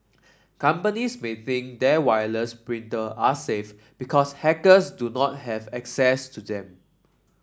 companies may think their wireless printer are safe because hackers do not have access to them